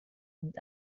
und